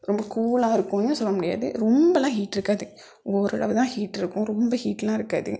ரொம்ப கூலாக இருக்கும்னு சொல்ல முடியாது ரொம்பெலாம் ஹீட் இருக்காது ஓரளவு தான் ஹீட் இருக்கும் ரொம்ப ஹீட்டெலாம் இருக்காது